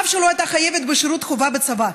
אף שלא הייתה חייבת בשירות חובה בצבא,